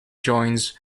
joins